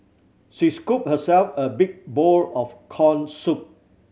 she scooped herself a big bowl of corn soup